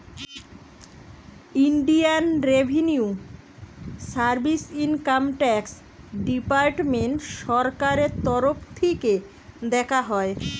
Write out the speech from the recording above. Indian revenue service income tax department সরকারের তরফ থিকে দেখা হয়